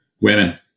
Women